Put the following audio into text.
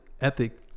ethic